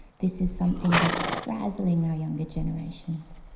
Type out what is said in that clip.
this is something that's frazzling our younger generations.